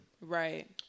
Right